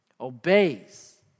obeys